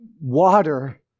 water